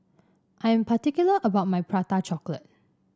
I am particular about my Prata Chocolate